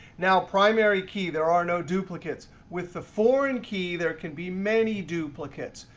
now, primary key, there are no duplicates. with the foreign key, there can be many duplicates.